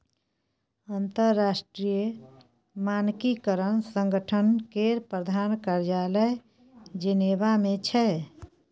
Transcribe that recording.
अंतरराष्ट्रीय मानकीकरण संगठन केर प्रधान कार्यालय जेनेवा मे छै